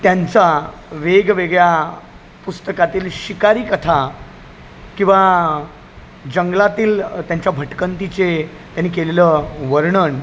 त्यांचा वेगवेगळ्या पुस्तकातील शिकारी कथा किंवा जंगलातील त्यांच्या भटकंतीचे त्यांनी केलेलं वर्णन